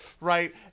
right